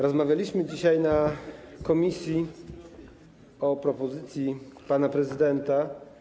Rozmawialiśmy dzisiaj w komisji o propozycji pana prezydenta.